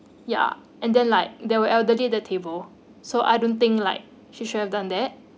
ya and then like there were elderly at the table so I don't think like she should have done that